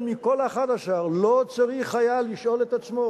מכל ה-11 לא צריך היה לשאול את עצמו,